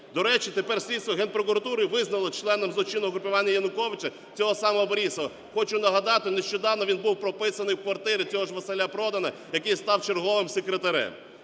До речі, тепер слідство Генпрокуратури визнало членом злочинного угруповання Януковича цього самого Борисова. Хочу нагадати, нещодавно він був прописаний в квартирі цього ж Василя Продана, який став черговим секретарем.